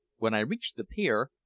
when i reached the pier,